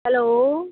hello